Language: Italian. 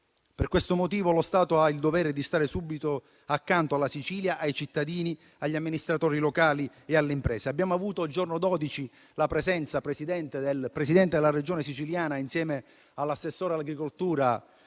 Per questo motivo lo Stato ha il dovere di stare subito accanto alla Sicilia, ai cittadini, agli amministratori locali e alle imprese. Abbiamo avuto, il giorno 12, la presenza del Presidente della Regione Siciliana, insieme all'assessore all'agricoltura